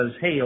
hey